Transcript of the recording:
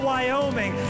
Wyoming